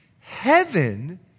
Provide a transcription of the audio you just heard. Heaven